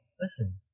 listen